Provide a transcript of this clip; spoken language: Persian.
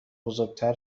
بزرگتر